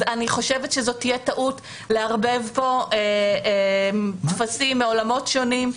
זאת תהיה טעות לערבב פה טפסים מעולמות שונים.